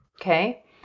Okay